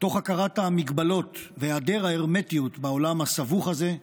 תוך הכרת המגבלות והיעדר ההרמטיות בעולם הסבוך הזה,